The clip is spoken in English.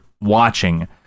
watching